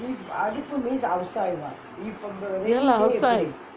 ya lah outside